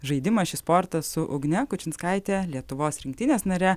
žaidimą šį sportą su ugne kučinskaite lietuvos rinktinės nare